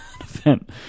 event